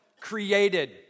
Created